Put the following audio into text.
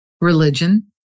Religion